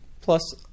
plus